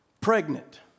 Pregnant